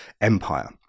empire